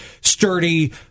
sturdy